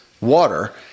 water